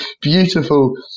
beautiful